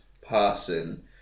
person